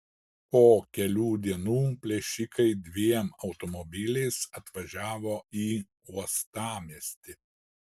po kelių dienų plėšikai dviem automobiliais atvažiavo į uostamiestį